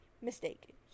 mistake